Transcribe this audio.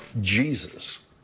Jesus